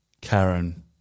Karen